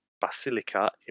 Basilica